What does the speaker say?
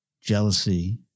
jealousy